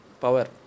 power